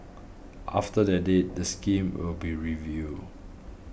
after that date the scheme will be reviewed